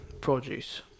produce